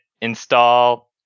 install